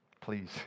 Please